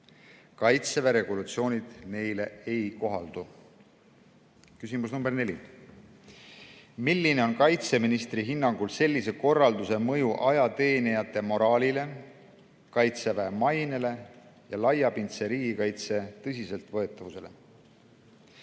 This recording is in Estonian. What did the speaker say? Kaitseväe regulatsioonid neile ei kohaldu. Küsimus number neli: "Milline on kaitseministri hinnangul sellise korralduse mõju ajateenijate moraalile, Kaitseväe mainele ja laiapindse riigikaitse tõsiseltvõetavusele?"